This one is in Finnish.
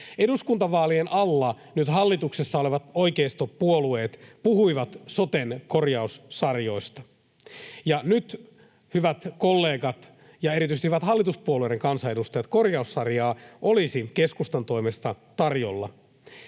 Eduskuntavaalien alla nyt hallituksessa olevat oikeistopuolueet puhuivat soten korjaussarjoista. Ja nyt, hyvät kollegat ja erityisesti hyvät hallituspuolueiden kansanedustajat, korjaussarjaa olisi keskustan toimesta tarjolla.